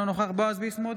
אינו נוכח בועז ביסמוט,